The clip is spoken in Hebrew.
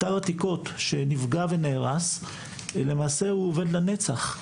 אתר עתיקות שנפגע ונהרס למעשה הוא אובד לנצח.